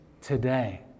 today